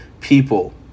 people